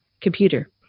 computer